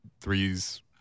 threes